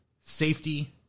safety